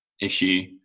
issue